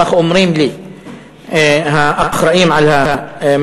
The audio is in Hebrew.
כך אומרים לי האחראים למרכז,